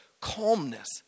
calmness